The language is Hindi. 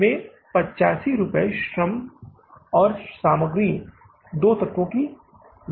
इसका मतलब है कि इस कलम की कीमत में 85 रुपये सामग्री और श्रम दो तत्व के है